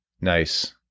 nice